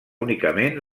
únicament